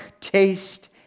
taste